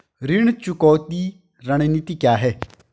ऋण चुकौती रणनीति क्या है?